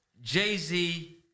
Jay-Z